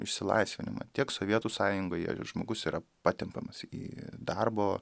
išsilaisvinimą tiek sovietų sąjungoje žmogus yra patempiamas į darbo